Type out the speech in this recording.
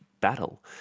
battle